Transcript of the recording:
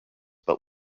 but